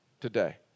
today